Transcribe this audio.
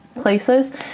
places